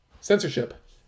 censorship